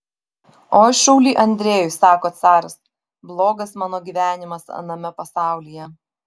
oi šauly andrejau atsako caras blogas mano gyvenimas aname pasaulyje